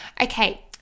Okay